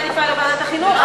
אני מעדיפה לוועדת החינוך,